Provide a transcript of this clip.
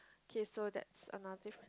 okay so that's another different